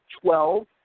Twelve